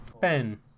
Ben